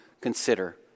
Consider